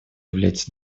является